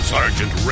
Sergeant